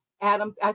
Adams